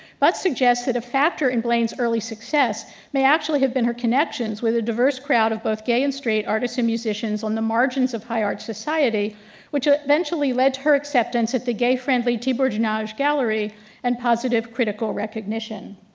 butt suggests that a factor in blaine's early success may actually have been her connections with a diverse crowd of both gay and straight artists and musicians on the margins of high art society which eventually led to her acceptance at the gay friendly thiebaug nag gallery and positive critical recognition.